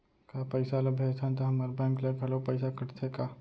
का पइसा ला भेजथन त हमर बैंक ले घलो पइसा कटथे का?